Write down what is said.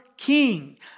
King